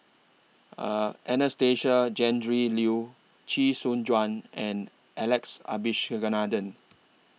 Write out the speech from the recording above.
Anastasia Tjendri Liew Chee Soon Juan and Alex Abisheganaden